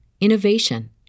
innovation